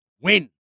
win